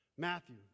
Matthew